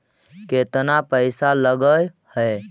केतना पैसा लगय है?